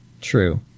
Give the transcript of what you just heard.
True